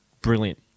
brilliant